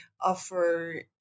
offer